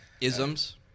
Isms